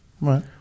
Right